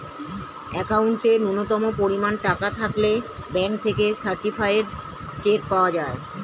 অ্যাকাউন্টে ন্যূনতম পরিমাণ টাকা থাকলে ব্যাঙ্ক থেকে সার্টিফায়েড চেক পাওয়া যায়